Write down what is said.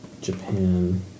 Japan